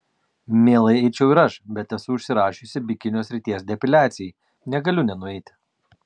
mielai eičiau ir aš bet esu užsirašiusi bikinio srities depiliacijai negaliu nenueiti